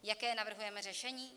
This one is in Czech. Jaké navrhujeme řešení?